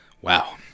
Wow